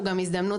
מתקדם.